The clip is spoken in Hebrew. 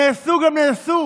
נעשו גם נעשו.